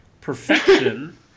Perfection